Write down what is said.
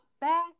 Back